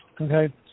Okay